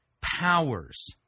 powers